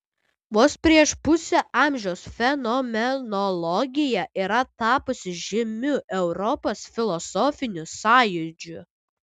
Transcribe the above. vos prieš pusę amžiaus fenomenologija yra tapusi žymiu europos filosofiniu sąjūdžiu